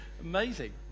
Amazing